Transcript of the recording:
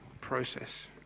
process